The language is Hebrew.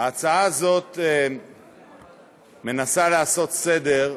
ההצעה הזאת מנסה לעשות סדר,